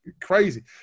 crazy